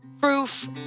proof